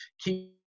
keep